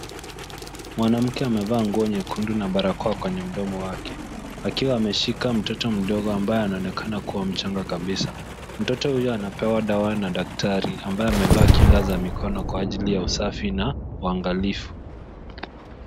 Mwanamke amevaa nguo nyekundu na barakoa kwenye mdomo wake akiwa ameshika mtoto mdogo ambaye anaonekana kuwa mchanga kabisa. Mtoto huyo anapewa dawa na daktari ambaye amevaa kinga za mikono kwa ajili ya usafi na uangalifu.